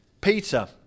Peter